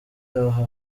aha